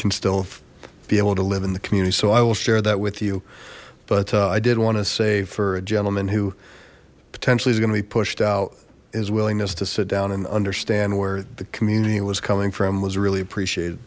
can still be able to live in the community so i will share that with you but i did want to say for a gentleman who potentially is going to be pushed out his willingness to sit down and understand where the community was coming from was really appreciated